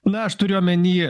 na aš turiu omeny